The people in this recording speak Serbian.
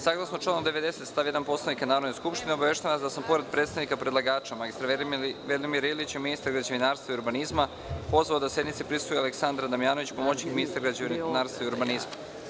Saglasno članu 90. stav 1. Poslovnika Narodne skupštine, obaveštavam vas da sam, pored predstavnika predlagača mr Velimira Ilića, ministra građevinarstva i urbanizma, pozvao da sednici prisustvuje i Aleksandra Damjanović, pomoćnik ministra građevinarstva i urbanizma.